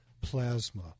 plasma